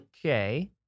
Okay